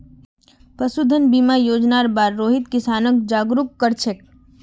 पशुधन बीमा योजनार बार रोहित किसानक जागरूक कर छेक